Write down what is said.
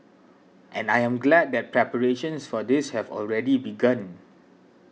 and I am glad that preparations for this have already begun